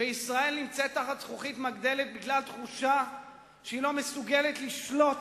וישראל נמצאת תחת זכוכית מגדלת בגלל תחושה שהיא לא מסוגלת לשלוט